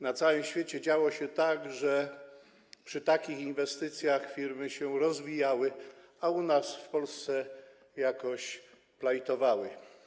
Na całym świecie działo się tak, że przy takich inwestycjach firmy się rozwijały, a u nas, w Polsce, jakoś plajtowały.